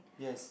yes